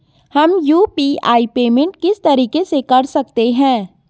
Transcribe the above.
हम UPI payment किस तरीके से कर सकते हैं?